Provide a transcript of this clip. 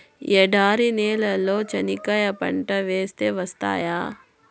ఎడారి నేలలో చెనక్కాయ పంట వేస్తే వస్తాయా?